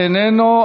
איננו.